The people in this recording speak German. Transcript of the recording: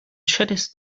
chattest